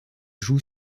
joue